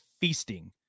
feasting